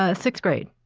ah sixth grade?